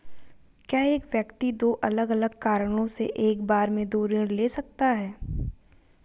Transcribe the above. क्या एक व्यक्ति दो अलग अलग कारणों से एक बार में दो ऋण ले सकता है?